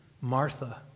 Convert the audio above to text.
Martha